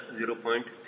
43260